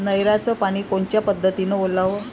नयराचं पानी कोनच्या पद्धतीनं ओलाव?